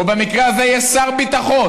או במקרה הזה יש שר ביטחון,